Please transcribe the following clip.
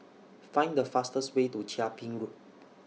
Find The fastest Way to Chia Ping Road